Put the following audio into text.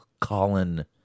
Colin